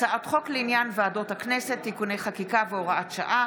הצעת חוק לעניין ועדות הכנסת (תיקוני חקיקה והוראת שעה),